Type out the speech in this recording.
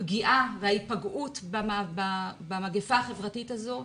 הפגיעה וההיפגעות במגיפה החברתית הזו,